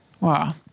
Wow